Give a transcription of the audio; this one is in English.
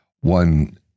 one